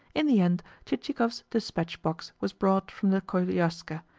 in the end chichikov's dispatch-box was brought from the koliaska,